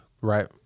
Right